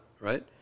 Right